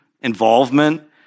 involvement